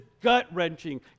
gut-wrenching